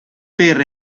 per